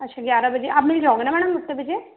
अच्छा ग्यारह बजे आप मिल जाओगे न मैडम उतने बजे